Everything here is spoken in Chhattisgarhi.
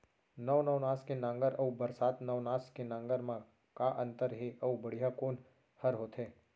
नौ नवनास के नांगर अऊ बरसात नवनास के नांगर मा का अन्तर हे अऊ बढ़िया कोन हर होथे?